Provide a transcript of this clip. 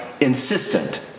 insistent